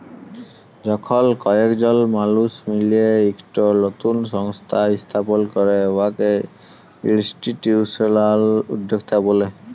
যখল কয়েকজল মালুস মিলে ইকট লতুল সংস্থা ইস্থাপল ক্যরে উয়াকে ইলস্টিটিউশলাল উদ্যক্তা ব্যলে